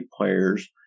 players